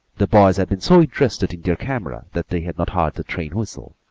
the boys had been so interested in their camera that they had not heard the train whistle,